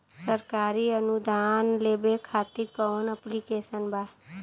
सरकारी अनुदान लेबे खातिर कवन ऐप्लिकेशन बा?